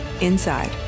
inside